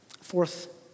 fourth